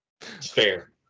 fair